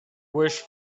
wish